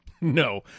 No